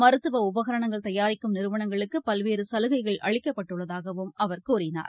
மருத்துவஉபரணங்கள் தயாரிக்கும் நிறுவனங்களுக்குபல்வேறுசலுகைகள் அளிக்கப்பட்டுள்ளதாகவும் அவர் கூறினார்